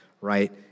right